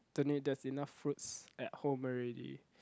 don't need there's enough fruits at home already